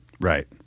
Right